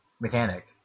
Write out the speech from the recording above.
mechanic